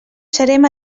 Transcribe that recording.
serem